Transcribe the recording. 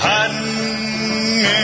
Hiding